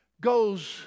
goes